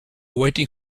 waiting